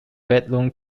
bedroom